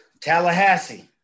Tallahassee